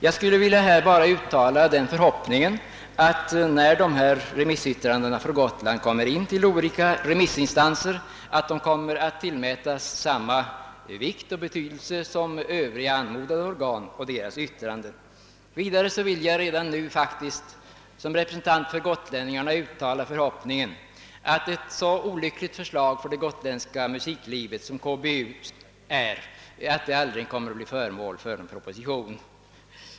Jag skulle bara här vilja uttala den förhoppningen, att dessa yttranden från Gotland när de behandlas i departementet kommer att tillmätas samma vikt och betydelse som övriga, anmo erhålla arbete under sommarferierna dade organs yttranden. Vidare vill jag redan nu som representant för gotlänningarna hoppas att ett för det gotländska musiklivet så olyckligt förslag som :konsertbyråutredningens «aldrig kommer att bli föremål för proposition.